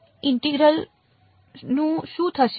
તો આ ઇન્ટિગરલ નું શું થશે